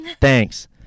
thanks